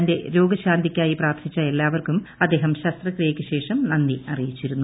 തന്റെ രോഗ ശാന്തക്കായി പ്രാർത്ഥിച്ച എല്ലാവർക്കും അദ്ദേഹം ശസ്ത്രക്രിയയക്കുശേഷം നന്ദി അറിയിച്ചി്രുന്നു